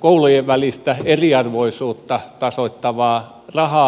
koulujen välistä eriarvoisuutta tasoittavaa rahanjakoa